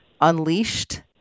unleashed